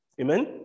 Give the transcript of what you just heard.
amen